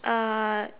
uh